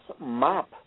map